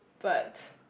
but